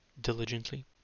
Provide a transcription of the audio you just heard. diligently